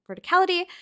verticality